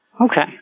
Okay